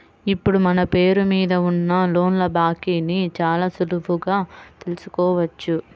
ఇప్పుడు మన పేరు మీద ఉన్న లోన్ల బాకీని చాలా సులువుగా తెల్సుకోవచ్చు